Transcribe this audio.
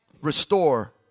restore